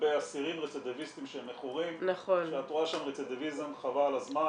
לגבי אסירים רצידיביסטים שהם מכורים שאת רואה שם רצידיביזם חבל על הזמן